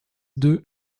deux